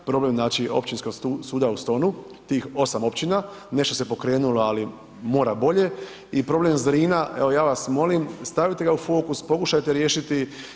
Problem znači, Općinskog suda u Stonu, tih 8 općina, nešto se pokrenulo, ali mora bolje i problem Zrina, evo, ja vas molim, stavite ga u fokus, pokušajte riješiti.